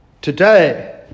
Today